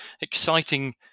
exciting